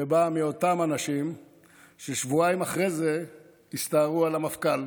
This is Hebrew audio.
שבאה מאותם אנשים ששבועיים אחרי זה הסתערו על המפכ"ל,